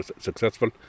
successful